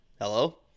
Hello